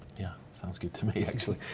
yeah sounds good to me actually.